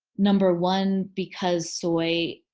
number one because soy,